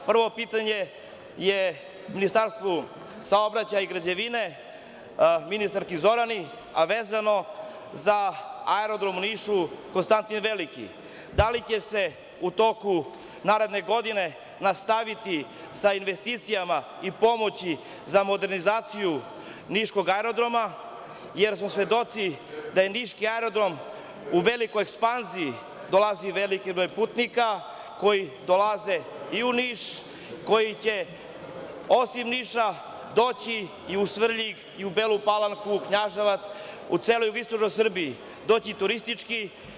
Prvo pitanje je Ministarstvu saobraćaja i građevine, ministarki Zorani, a vezano za Aerodrom u Nišu „Konstantin Veliki“ – da li će se u toku naredne godine nastaviti sa investicijama i pomoći za modernizaciju niškog aerodroma, jer smo svedoci da je niški aerodrom u velikoj ekspanziji, dolazi veliki broj putnika koji dolaze i u Niš, koji će osim Niša doći i u Svrljig i u Belu Palanku i Knjaževac, u celu jugoistočnu Srbiju, doći turistički.